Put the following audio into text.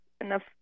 enough